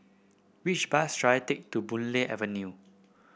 which bus should I take to Boon Lay Avenue